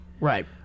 Right